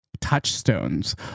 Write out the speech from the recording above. Touchstones